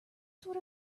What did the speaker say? sort